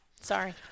Sorry